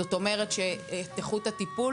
זאת אומרת שאת איכות הטיפול,